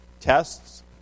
tests